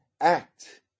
act